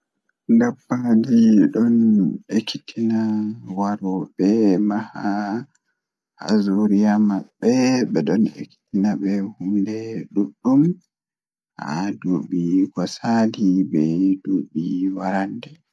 Dabbaji ɗon ekitina warooɓe maha haa zuriya maɓɓe beɗon ekitinabe hunde ɗuɗɗum haa duuɓi ko saali be duubi warande